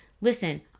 listen